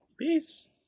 Peace